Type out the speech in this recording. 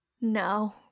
no